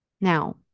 Now